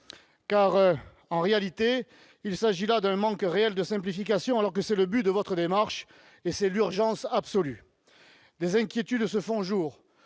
Car en réalité, il s'agit là d'un manque réel de simplification, alors que c'est le but de votre démarche et que c'est l'urgence absolue. Des inquiétudes se font jour,